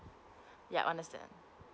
ya understand